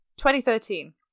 2013